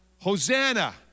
Hosanna